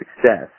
success